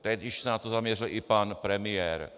Teď, když se na to zaměřil i pan premiér.